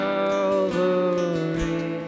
Calvary